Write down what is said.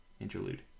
interlude